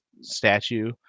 statue